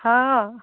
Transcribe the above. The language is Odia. ହଁ